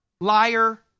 liar